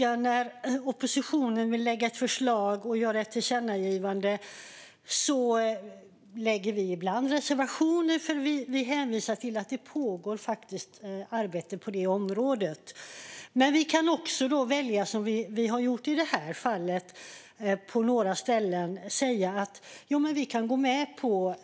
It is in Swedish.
När oppositionen vill lägga fram ett förslag och göra ett tillkännagivande har vi ibland reservationer med hänvisning till att det faktiskt pågår arbete på det området. Vi kan också välja att göra som vi har gjort i detta fall, att på några ställen säga att vi kan gå med på